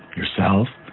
yourself,